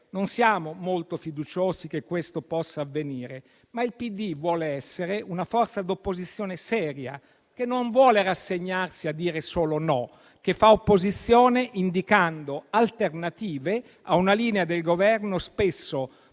Non siamo molto fiduciosi che questo possa avvenire, ma il PD vuole essere una forza d'opposizione seria, che non vuole rassegnarsi a dire solo no e che fa opposizione indicando alternative a una linea del Governo spesso troppo